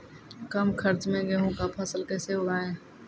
कम खर्च मे गेहूँ का फसल कैसे उगाएं?